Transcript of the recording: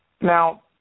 Now